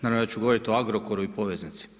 Naravno da ću govoriti o Agrokoru i poveznici.